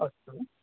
अस्तु